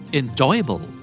enjoyable